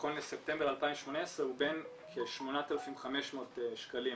נכון לספטמבר 2018 הוא ובין כ-8500 שקלים